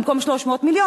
במקום 300 מיליון,